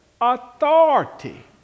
authority